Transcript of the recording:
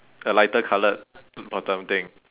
a lighter coloured bottom thing